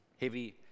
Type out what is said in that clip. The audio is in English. heavy